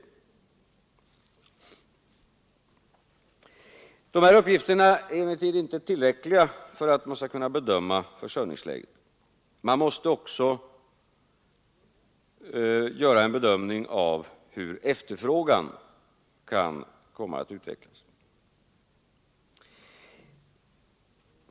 De här uppgifterna är emellertid inte tillräckliga för att man skall kunna bedöma försörjningsläget. Man måste också göra en bedömning av hur efterfrågan kan komma att utvecklas.